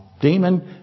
demon